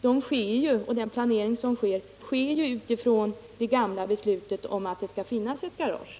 De utgrävningar och den planering som förekommer genomförs med utgång från det gamla beslutet om att det skall byggas ett garage.